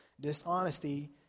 dishonesty